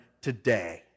today